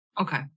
Okay